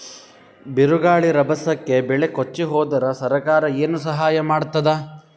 ಬಿರುಗಾಳಿ ರಭಸಕ್ಕೆ ಬೆಳೆ ಕೊಚ್ಚಿಹೋದರ ಸರಕಾರ ಏನು ಸಹಾಯ ಮಾಡತ್ತದ?